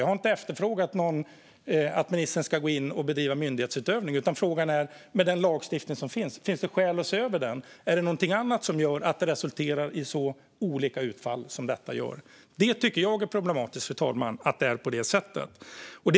Jag har inte efterfrågat att ministern ska gå in och bedriva myndighetsutövning. Frågan är om det finns skäl att se över den lagstiftning som finns. Är det något annat som gör att det resulterar i så olika utfall, som i detta fall? Jag tycker att det är problematiskt att det är på det sättet, fru talman.